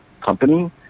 company